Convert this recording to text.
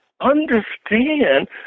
understand